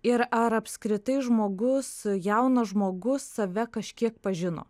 ir ar apskritai žmogus jaunas žmogus save kažkiek pažino